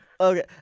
Okay